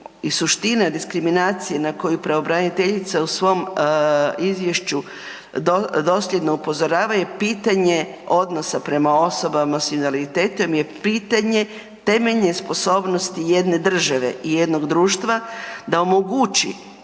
i suština diskriminacije na koji pravobraniteljicu u svom izvješću dosljedno upozorava je pitanje odnosa prema osobama s invaliditetom je pitanje temeljne sposobnosti jedne države i jednog društva da omogući